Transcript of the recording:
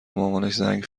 مامانش، زنگ